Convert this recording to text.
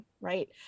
right